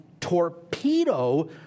torpedo